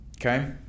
okay